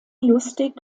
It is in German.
lustig